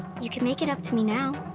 you can make it up to me now.